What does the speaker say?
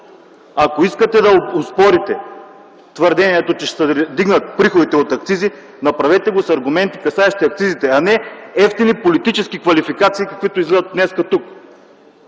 Ако искате на оспорите твърдението, че ще се вдигнат приходите от акцизи, направете го с аргументи, касаещи акцизите, а не евтини политически квалификации, каквито се изливат днес тук.